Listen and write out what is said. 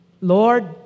Lord